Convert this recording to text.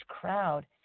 crowd